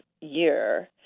year